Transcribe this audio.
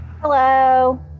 Hello